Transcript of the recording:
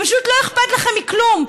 ופשוט לא אכפת לכם מכלום.